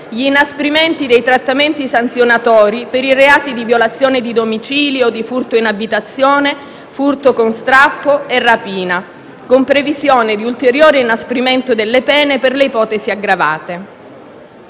gli inasprimenti dei trattamenti sanzionatori per i reati di violazione di domicilio, di furto in abitazione e di furto con strappo e rapina, con previsione di ulteriore inasprimento delle pene per le ipotesi aggravate.